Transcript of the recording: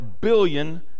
billion